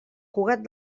cugat